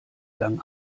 gang